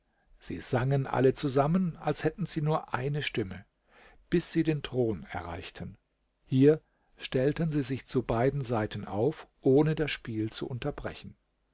sie sangen alle zusammen als hätten sie nur eine stimme bis sie den thron erreichten hier stellten sie sich zu beiden seiten auf ohne das spiel zu unterbrechen